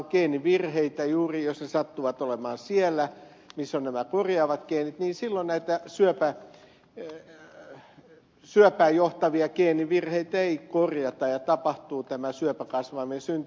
juuri jos ne sattuvat olemaan siellä missä ovat nämä korjaavat geenit niin silloin näitä syöpään johtavia geenivirheitä ei korjata ja tapahtuu tämä syöpäkasvaimen synty